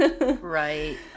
right